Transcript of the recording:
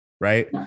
right